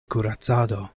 kuracado